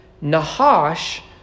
Nahash